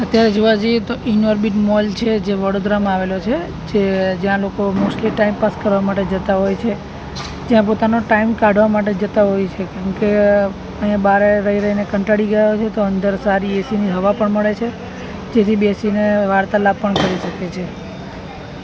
અત્યારે જોવા જઈએ તો ઇનઓર્બિટ મોલ છે જે વડોદરામાં આવેલો છે જે જ્યાં લોકો મોસ્ટલી ટાઈમ પાસ કરવા માટે જતાં હોય છે ત્યાં પોતાનો ટાઈમ કાઢવા માટે જતાં હોય છે કેમકે અહીંયા બહારે રહી રહીને કંટાળી ગયા હોય છે તો અંદર સારી એસીની હવા પણ મળે છે જેથી બેસીને વાર્તાલાપ પણ કરી શકે છે